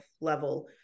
level